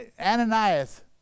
Ananias